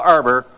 Arbor